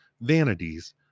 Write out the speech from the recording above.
vanities